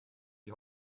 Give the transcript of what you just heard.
die